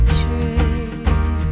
tree